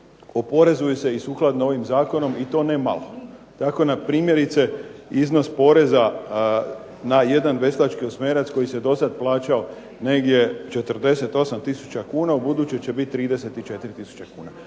oporezuju se i sukladno ovim zakonom i to ne malo. Tako npr. iznos poreza na jedan veslački osmerac koji se do sada plaćao negdje 48 tisuća kuna ubuduće će biti 34 tisuće kuna.